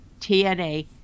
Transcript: TNA